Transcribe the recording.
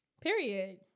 Period